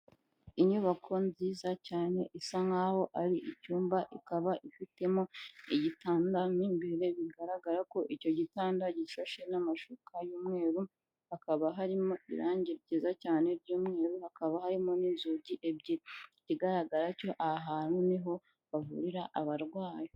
Inyubako nziza cyane isa nk'aho ari icyumba, ikaba ifitemo igitanda mo imbere, bigaragara ko icyo gitanda gishashe n'amashuka y'umweru, hakaba harimo irangi ryiza cyane ry'umweru, hakaba harimo n'inzugi ebyiri ikigaragara cyo aha hantu niho bavurira abarwayi.